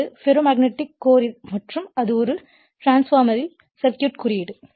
இது ferromagnetic core மற்றும் இது ஒரு டிரான்ஸ்பார்மர்யின் சர்க்யூட் குறியீடு